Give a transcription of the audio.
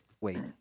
Wait